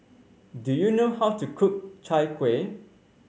do you know how to cook Chai Kueh